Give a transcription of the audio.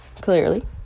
clearly